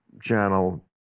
channel